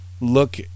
look